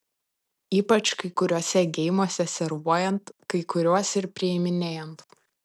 ypač kai kuriuose geimuose servuojant kai kuriuos ir priiminėjant